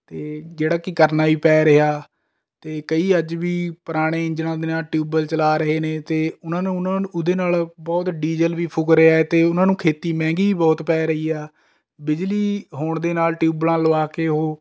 ਅਤੇ ਜਿਹੜਾ ਕਿ ਕਰਨਾ ਹੀ ਪੈ ਰਿਹਾ ਅਤੇ ਕਈ ਅੱਜ ਵੀ ਪੁਰਾਣੇ ਇੰਜਣਾਂ ਦੇ ਨਾਲ ਟਿਊਬਵੈੱਲ ਚਲਾ ਰਹੇ ਨੇ ਅਤੇ ਉਨ੍ਹਾਂ ਨੂੰ ਉਨ੍ਹਾਂ ਨੂੰ ਉਹਦੇ ਨਾਲ ਬਹੁਤ ਡੀਜ਼ਲ ਵੀ ਫੁਕ ਰਿਹਾ ਹੈ ਅਤੇ ਉਨ੍ਹਾਂ ਨੂੰ ਖੇਤੀ ਮਹਿੰਗੀ ਵੀ ਬਹੁਤ ਪੈ ਰਹੀ ਹੈ ਬਿਜਲੀ ਹੋਣ ਦੇ ਨਾਲ ਟਿਊਬਵੈੱਲਾਂ ਲੁਆ ਕੇ ਉਹ